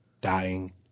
dying